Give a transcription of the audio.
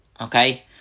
Okay